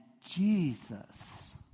jesus